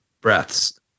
breaths